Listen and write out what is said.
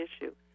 issue